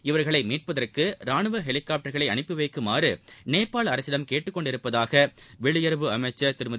இவர்களை மீட்பதற்கு ராணுவ ஹெலிகாப்டர்களை அனுப்பி வைக்குமாறு நேபாள அரசிடம் கேட்டுக் கொண்டிருப்பதாக வெளியுறவு அமைச்சா் திருமதி